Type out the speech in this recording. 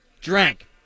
drank